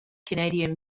canadian